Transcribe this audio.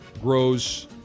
grows